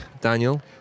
Daniel